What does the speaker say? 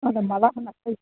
आंलाइ माला होनासै